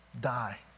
die